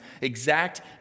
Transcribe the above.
exact